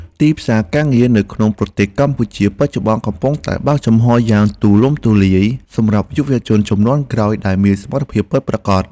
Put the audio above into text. ទីផ្សារការងារនៅក្នុងប្រទេសកម្ពុជាបច្ចុប្បន្ន កំពុងតែបើកចំហរយ៉ាងទូលំទូលាយសម្រាប់យុវជនជំនាន់ក្រោយដែលមានសមត្ថភាពពិតប្រាកដ។